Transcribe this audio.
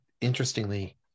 interestingly